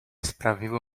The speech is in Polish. sprawiło